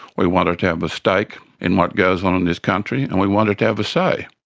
we wanted to have the stake in what goes on in this country, and we wanted to have a say.